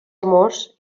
amors